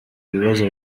ibibazo